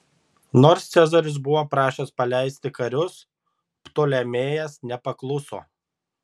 nors cezaris buvo prašęs paleisti karius ptolemėjas nepakluso